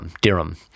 dirham